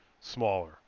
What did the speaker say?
smaller